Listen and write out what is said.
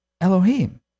Elohim